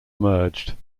emerged